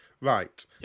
Right